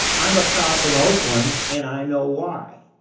i'm a cop in oakland, and i know why.